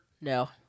No